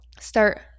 start